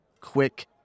quick